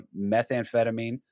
methamphetamine